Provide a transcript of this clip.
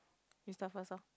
you start first lor